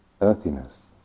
earthiness